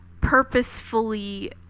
purposefully